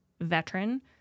veteran